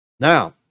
Now